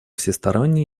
всесторонней